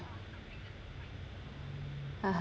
(uh huh)